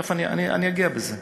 אני אגע בזה,